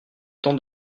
temps